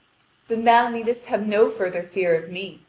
then thou needest have no further fear of me,